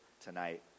tonight